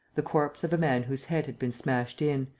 the corpse of a man whose head had been smashed in,